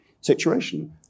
situation